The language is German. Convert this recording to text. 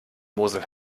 mosel